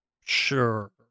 Sure